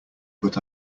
but